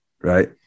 right